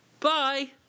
Bye